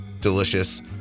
delicious